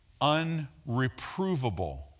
unreprovable